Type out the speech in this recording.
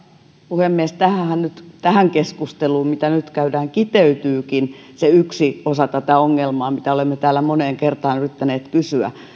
puhemies tähän keskusteluun mitä nyt käydään kiteytyykin se yksi osa tätä ongelmaa mitä olemme täällä moneen kertaan yrittäneet kysyä